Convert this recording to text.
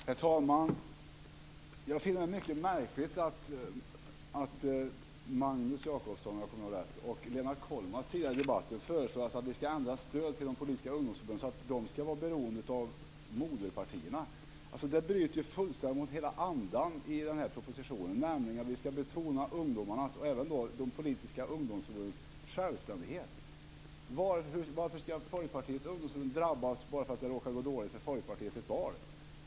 Herr talman! Jag finner det mycket märkligt att Kollmats, föreslår att vi ska ändra stödet till de politiska ungdomsförbunden så att de ska vara beroende av moderpartierna. Det bryter ju fullständigt mot hela andan i den här propositionen, nämligen att vi ska betona ungdomarnas, och även de politiska ungdomsförbundens, självständighet. Varför ska Folkpartiets ungdomsförbund drabbas bara för att det råkar gå dåligt för Folkpartiet i ett val?